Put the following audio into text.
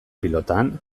pilotan